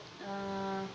uh